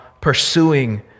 pursuing